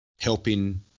Helping